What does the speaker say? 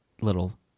little